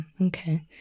Okay